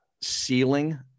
ceiling